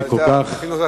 שהיא כל כך,